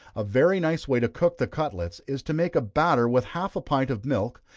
a very nice way to cook the cutlets, is to make a batter with half a pint of milk,